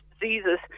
diseases